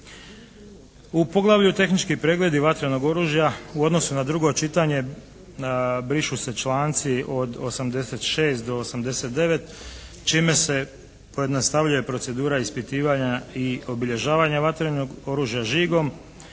U poglavlju tehnički pregledi vatrenog oružja u odnosu na drugo čitanje brišu se članci od 86. do 89. čime se pojednostavljuje procedura ispitivanja i obilježavanja vatrenog oružja žigom